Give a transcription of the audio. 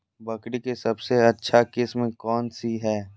बकरी के सबसे अच्छा किस्म कौन सी है?